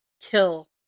kill